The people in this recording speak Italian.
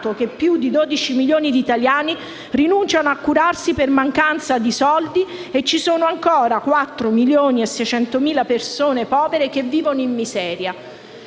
che più di 12 milioni di italiani rinunciano a curarsi per mancanza di soldi, e ci sono ancora quattro milioni e seicentomila persone povere che vivono in miseria.